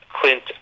Clint